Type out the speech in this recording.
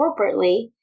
corporately